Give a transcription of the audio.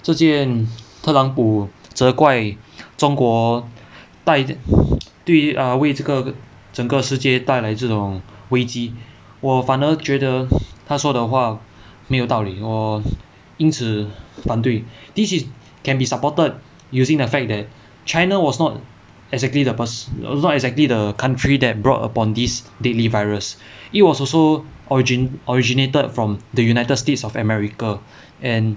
这件特朗普责怪中国带对于 ah 为这个整个世界带来这种危机我反而觉得他说的话没有道理我因此反对 this is can be supported using the fact that china was not exactly the pers~ not exactly the country that brought upon this deadly virus it was also origin~ originated from the united states of america and